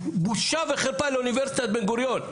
בושה וחרפה לאוניברסיטת בן גוריון.